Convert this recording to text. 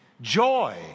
joy